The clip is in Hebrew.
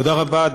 תודה רבה,